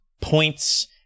points